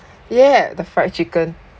yeah the fried chicken